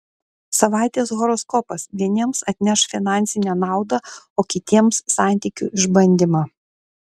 savaitės horoskopas vieniems atneš finansinę naudą o kitiems santykių išbandymą